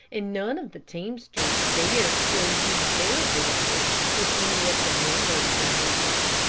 and none of the teamsters dared ill-use their horses if any of the members were near.